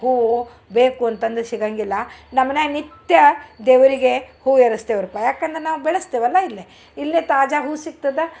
ಹೂವು ಬೇಕು ಅಂತಂದು ಸಿಗಂಗಿಲ್ಲ ನಮ್ಮನ್ಯಾಗೆ ನಿತ್ಯ ದೇವರಿಗೆ ಹೂ ಏರಿಸ್ತೆವ್ರಿಪಾ ಯಾಕಂದ್ರ ನಾವು ಬೆಳೆಸ್ತೆವಲ್ಲ ಇಲ್ಲೆ ಇಲ್ಲೆ ತಾಜಾ ಹೂ ಸಿಗ್ತದ